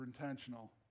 intentional